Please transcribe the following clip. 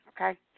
okay